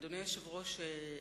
אדוני היושב-ראש,